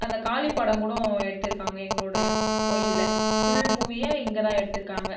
அந்த காளி படம் கூட எடுத்துருக்காங்கள் எங்களோடய கோவிலில் ஃபுல் மூவியே இங்கே தான் எடுத்துருக்காங்கள்